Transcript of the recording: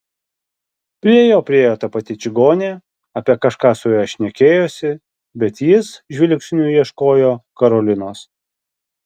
prie jo priėjo ta pati čigonė apie kažką su juo šnekėjosi bet jis žvilgsniu ieškojo karolinos